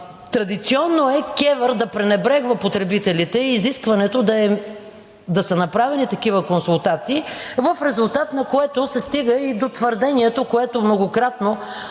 Традиционно е КЕВР да пренебрегва потребителите и изискването да са направили такива консултации, в резултат на което се стига и до твърдението, което многократно